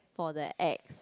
for the ex